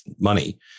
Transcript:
money